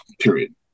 period